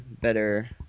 better